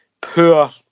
Poor